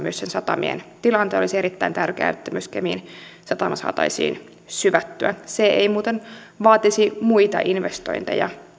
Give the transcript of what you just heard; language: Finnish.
satamien tilanteen olisi erittäin tärkeää että myös kemin satama saataisiin syvättyä se ei muuten vaatisi muita investointeja